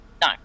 No